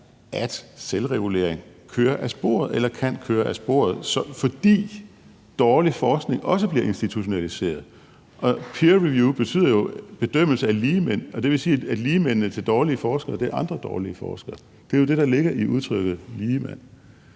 at selvregulering kan køre af sporet, fordi dårlig forskning også bliver institutionaliseret. Begrebet peer review betyder jo: bedømmelse af ligemænd. Og det vil sige, at ligemændene til dårlige forskere er andre dårlige forskere – det er jo det, der ligger i udtrykket ligemænd.